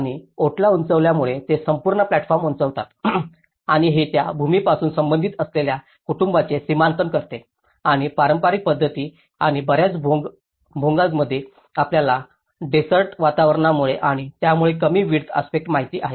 आणि ओटला उंचावल्यामुळे ते संपूर्ण प्लॅटफॉर्म उंचावतात आणि हे त्या भूमीपासून संबंधित असलेल्या कुटुंबाचे सीमांकन करते आणि पारंपारिक पध्दती आणि बर्याच भोंगामध्ये आपल्याला डेसर्ट वातावरणामुळे आणि त्यामुळे कमी विन्ड्य आस्पेक्टस माहित आहेत